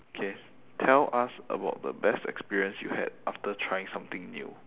okay tell us about the best experience you had after trying something new